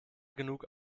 genug